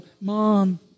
mom